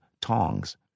tongs